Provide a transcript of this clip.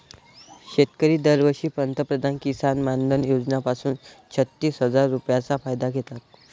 शेतकरी दरवर्षी पंतप्रधान किसन मानधन योजना पासून छत्तीस हजार रुपयांचा फायदा घेतात